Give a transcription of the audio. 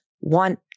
want